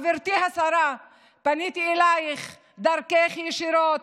גברתי השרה, פניתי אלייך, דרכך ישירות,